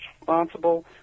responsible